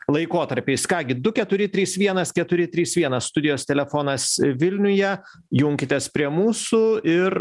laikotarpiais ką gi du keturi trys vienas keturi trys vienas studijos telefonas vilniuje junkitės prie mūsų ir